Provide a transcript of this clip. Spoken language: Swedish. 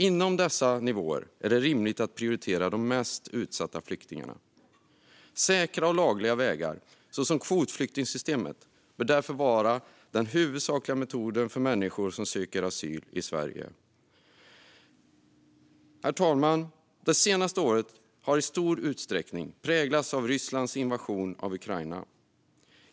Inom dessa nivåer är det rimligt att prioritera de mest utsatta flyktingarna. Säkra och lagliga vägar, såsom kvotflyktingsystemet, bör därför vara den huvudsakliga metoden för människor som söker asyl i Sverige. Herr talman! Det senaste året har i stor utsträckning präglats av Rysslands invasion av Ukraina.